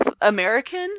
American